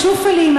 בשופלים,